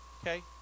Okay